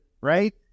right